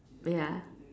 ya